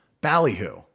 Ballyhoo